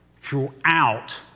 throughout